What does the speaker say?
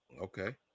Okay